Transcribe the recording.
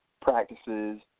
practices